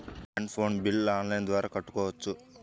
Land phone bill online ద్వారా కట్టుకోవచ్చు?